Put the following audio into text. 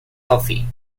healthy